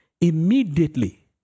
Immediately